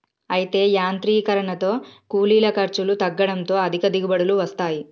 అయితే యాంత్రీకరనతో కూలీల ఖర్చులు తగ్గడంతో అధిక దిగుబడులు వస్తాయి